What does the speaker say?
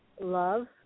love